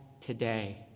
today